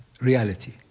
reality